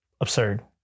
absurd